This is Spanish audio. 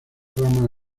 ramas